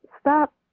stop